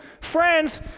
Friends